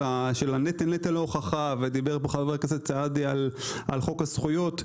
נטל ההוכחה ודיבר פה חבר הכנסת סעדי על חוק הזכויות.